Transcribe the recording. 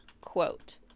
quote